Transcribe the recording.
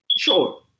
sure